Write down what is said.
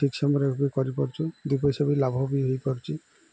ଠିକ୍ ସମୟରେ ବି କରିପାରୁଛୁ ଦୁଇପଇସା ବି ଲାଭ ବି ହେଇପାରୁଛି